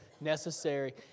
necessary